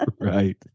Right